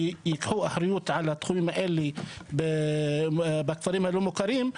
ייקחו אחריות על התחומים האלה בכפרים הלא מוכרים.